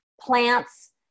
plants